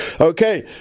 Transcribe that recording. Okay